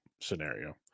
scenario